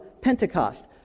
Pentecost